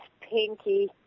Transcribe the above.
Pinky